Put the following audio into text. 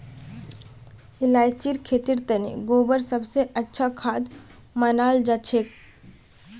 इलायचीर खेतीर तने गोबर सब स अच्छा खाद मनाल जाछेक